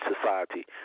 Society